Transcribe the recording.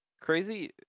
Crazy